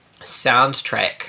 soundtrack